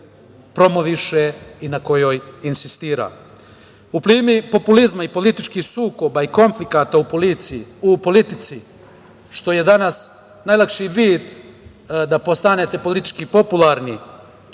promoviše i na kojoj insistira.U plimi populizma i političkih sukoba i konflikata u politici, što je danas najlakši vid da postanete politički popularni,